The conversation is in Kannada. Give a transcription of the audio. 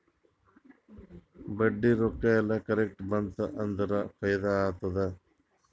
ಬಡ್ಡಿ ರೊಕ್ಕಾ ಎಲ್ಲಾ ಕರೆಕ್ಟ್ ಬಂತ್ ಅಂದುರ್ ಫೈದಾ ಆತ್ತುದ್